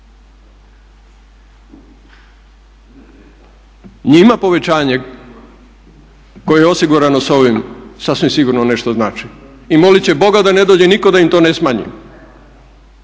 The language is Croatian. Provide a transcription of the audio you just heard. Njima povećanje koje je osigurano sa ovim sasvim sigurno nešto znači i moliti će Boga da ne dođe nitko da im to ne smanji.